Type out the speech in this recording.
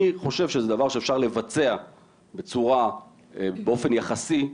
אני חושב שזה דבר שאפשר לבצע בצורה, באופן יחסי,